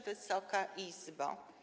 Wysoka Izbo!